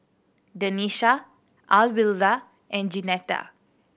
Denisha Alwilda and Jeanetta